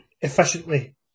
efficiently